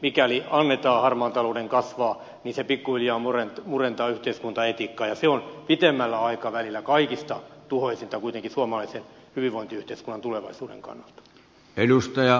mikäli annetaan harmaan talouden kasvaa niin se pikkuhiljaa murentaa yhteiskuntaetiikkaa ja se on pitemmällä aikavälillä kaikista tuhoisinta kuitenkin suomalaisen hyvinvointiyhteiskunnan tulevaisuuden kannalta